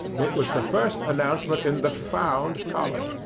it was the first announcement in the found column.